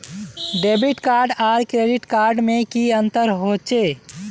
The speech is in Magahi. डेबिट कार्ड आर क्रेडिट कार्ड में की अंतर होचे?